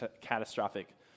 catastrophic